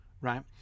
right